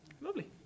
Lovely